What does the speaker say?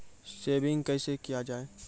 Saving कैसै किया जाय?